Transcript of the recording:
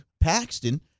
paxton